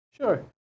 Sure